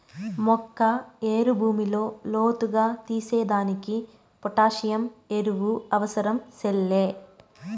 మొక్క ఏరు భూమిలో లోతుగా తీసేదానికి పొటాసియం ఎరువు అవసరం సెల్లే